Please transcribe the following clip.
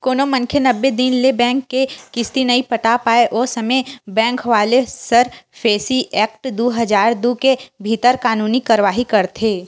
कोनो मनखे नब्बे दिन ले बेंक के किस्ती नइ पटा पाय ओ समे बेंक वाले सरफेसी एक्ट दू हजार दू के भीतर कानूनी कारवाही करथे